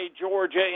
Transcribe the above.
Georgia